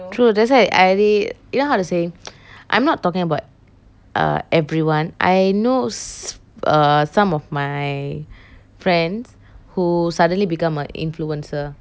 true that's why you know how to say I'm not talking about err everyone I know err some of my friend who suddenly become a influencer